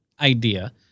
idea